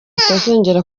atazongera